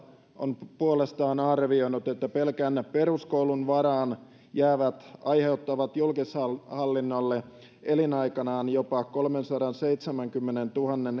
on puolestaan arvioinut että pelkän peruskoulun varaan jäävät aiheuttavat julkishallinnolle elinaikanaan jopa kolmensadanseitsemänkymmenentuhannen